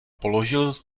položil